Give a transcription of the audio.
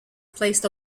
placed